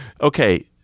Okay